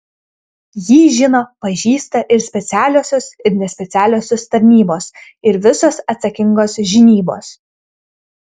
jį žino pažįsta ir specialiosios ir nespecialiosios tarnybos ir visos atsakingos žinybos